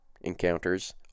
encounters